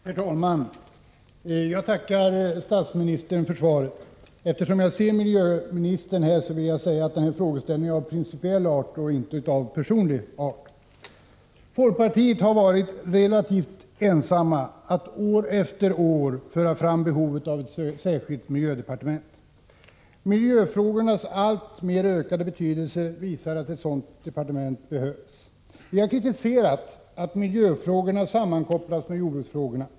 Herr talman! Jag tackar statsministern för svaret. Eftersom jag ser miljöministern här, vill jag säga att frågan är av principiell art, inte personlig. Folkpartiet har varit relativt ensamt om att år efter år föra fram behovet av ett särskilt miljödepartement. Miljöfrågornas alltmer ökade betydelse visar att ett sådant departement behövs. Vi har kritiserat att miljöfrågorna sammankopplats med jordbruksfrågorna.